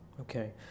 okay